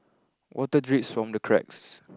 water drips from the cracks